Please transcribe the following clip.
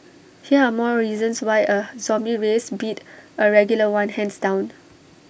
here are more reasons why A zombie race beat A regular one hands down